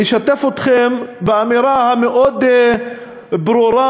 לשתף אתכם באמירה המאוד-ברורה,